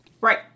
Right